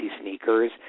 sneakers